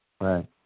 Right